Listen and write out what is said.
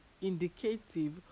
indicative